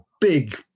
big